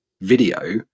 video